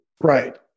Right